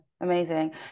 amazing